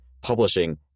publishing